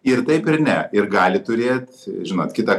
ir taip ir ne ir gali turėt žinot kitą